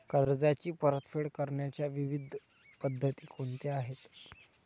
कर्जाची परतफेड करण्याच्या विविध पद्धती कोणत्या आहेत?